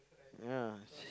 ya